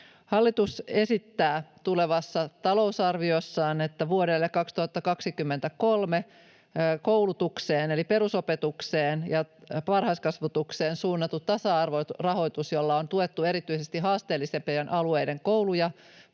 Hallitus esittää tulevassa talousarviossaan, että vuodelle 2023 koulutukseen eli perusopetukseen ja varhaiskasvatukseen suunnattu tasa-arvorahoitus — tuki, jolla on tuettu erityisesti haasteellisempien alueiden kouluja,